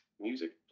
Music